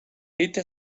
lite